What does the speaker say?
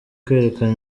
kwerekana